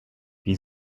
wie